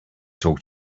talk